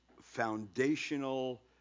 foundational